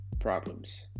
problems